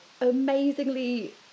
amazingly